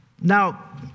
now